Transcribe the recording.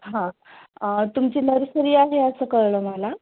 हां तुमची नर्सरी आहे असं कळलंं मला